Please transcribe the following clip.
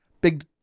big